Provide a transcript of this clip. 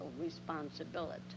responsibility